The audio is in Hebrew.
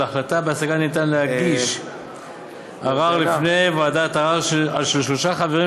על החלטה בהשגה אפשר להגיש ערר לפני ועדת ערר של שלושה חברים,